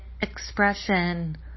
expression